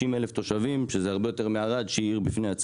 אלף תושבים שזה הרבה יותר מהעיר ערד